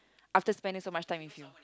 after spending so much time with you